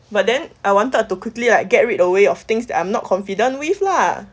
but then I wanted to quickly like get rid away of things that I'm not confident with lah